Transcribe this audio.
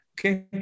okay